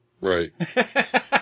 Right